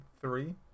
three